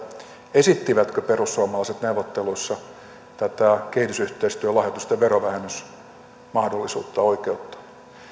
esittivätkö perussuomalaiset neuvotteluissa tätä kehitysyhteistyölahjoitusten verovähennysmahdollisuutta oikeutta